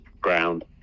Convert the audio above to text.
ground